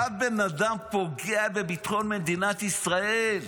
כאן בן אדם פוגע בביטחון מדינת ישראל.